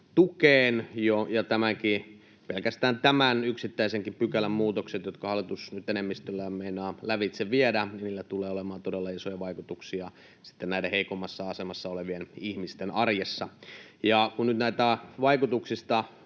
toimeentulotukeen. Pelkästään tämän yksittäisenkin pykälän muutoksilla, jotka hallitus nyt enemmistöllään meinaa lävitse viedä, tulee olemaan todella isoja vaikutuksia heikoimmassa asemassa olevien ihmisten arjessa. Kun näistä vaikutuksista